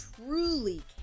truly